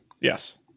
Yes